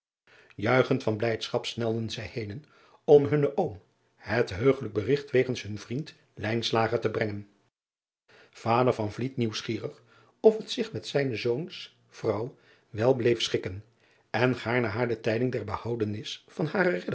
uichend van blijdschap snelden zij henen om hunnen oom het heugelijk berigt wegens hunn vriend te brengen ader nieuwsgierig of het zich met zijne zoons vrouw wel bleef schikken en gaarne haar de tijding der behoudenis van haren